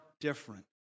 different